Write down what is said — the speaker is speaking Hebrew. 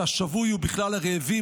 שהשבוי הוא בכלל הרעבים,